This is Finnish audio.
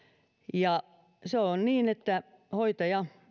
ja se on niin että hoitaja